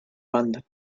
banda